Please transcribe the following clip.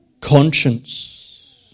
conscience